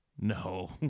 No